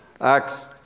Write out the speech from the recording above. Acts